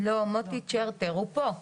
לא, מוטי צ'רטר, הוא פה.